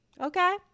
Okay